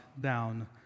down